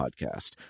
podcast